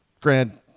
Granted